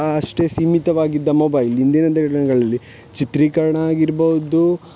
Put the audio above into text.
ಅಷ್ಟೇ ಸೀಮಿತವಾಗಿದ್ದ ಮೊಬೈಲ್ ಇಂದಿನ ದಿನಗಳಲ್ಲಿ ಚಿತ್ರೀಕರಣ ಆಗಿರ್ಬೌದು